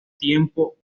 tiempo